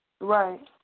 right